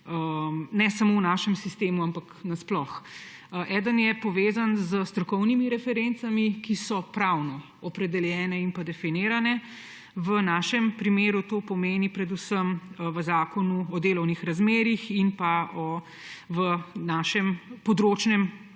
ne samo v našem sistemu, ampak nasploh. Eden je povezan s strokovnimi referencami, ki so pravne, opredeljene in definirane, v našem primeru to pomeni predvsem v Zakonu o delovnih razmerjih in v našem področnem,